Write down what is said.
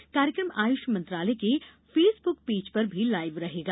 यह आयुष मंत्रालय के फेसबुक पेज पर भी लाइव रहेगा